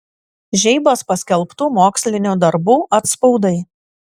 žeibos paskelbtų mokslinių darbų atspaudai